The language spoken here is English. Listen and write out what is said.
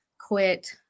quit